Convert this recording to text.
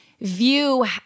view